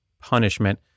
punishment